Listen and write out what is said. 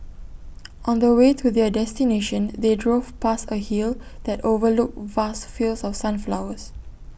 on the way to their destination they drove past A hill that overlooked vast fields of sunflowers